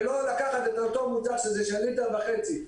ולא לקחת את אותו מוצר של ליטר וחצי.